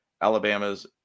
Alabama's